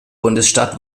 bundesstaat